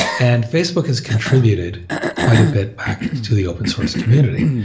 and facebook has contributed quite a bit back to the open source community.